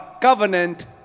covenant